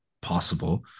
possible